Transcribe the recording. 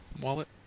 wallet